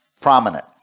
prominent